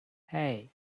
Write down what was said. hey